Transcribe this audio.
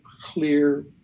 clear